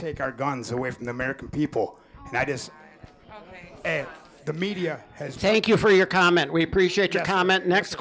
take our guns away from the american people and the media has take you for your comment we appreciate your comment next